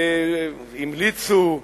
המליצו,